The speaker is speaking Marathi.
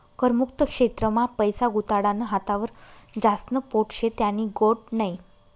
कर मुक्त क्षेत्र मा पैसा गुताडानं हातावर ज्यास्न पोट शे त्यानी गोट नै